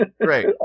Great